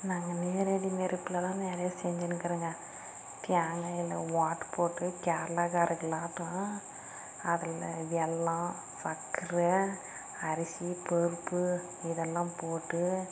நாங்கள் நேரடியா நெருப்பில் தான் நிறைய செஞ்சுன்னு இருக்கிறேங்க தேங்காயில் ஓட்டைப்போட்டு கேரளாகாருகளாட்டோம் அதில் வெல்லம் சர்க்கரை அரிசி பருப்பு இதெல்லாம் போட்டு